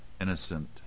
innocent